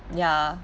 ya